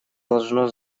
должно